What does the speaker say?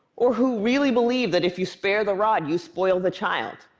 or who really believed that if you spare the rod, you spoil the child,